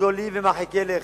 גדולים ומרחיקי לכת.